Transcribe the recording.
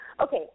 Okay